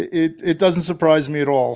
it it doesn't surprise me at all